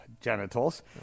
genitals